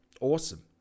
Awesome